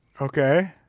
okay